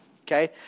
okay